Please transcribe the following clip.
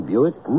Buick